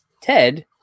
Ted